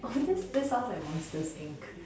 okay this sounds like monster's inc